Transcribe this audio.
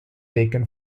taken